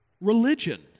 religion